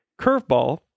curveball